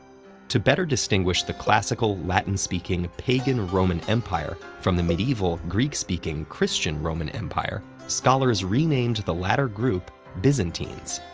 to better distinguish the classical, latin-speaking, pagan roman empire from the medieval, greek-speaking, christian roman empire, scholars renamed the latter group byzantines.